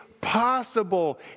possible